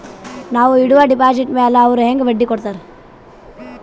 ನಾ ಇಡುವ ಡೆಪಾಜಿಟ್ ಮ್ಯಾಲ ಅವ್ರು ಹೆಂಗ ಬಡ್ಡಿ ಕೊಡುತ್ತಾರ?